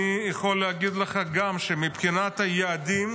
אני יכול להגיד לך שמבחינת היעדים,